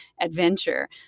adventure